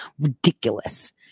ridiculous